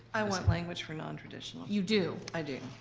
i want language for non-traditional. you do? i do.